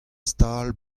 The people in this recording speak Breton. stal